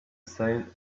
say